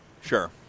Sure